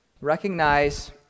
Recognize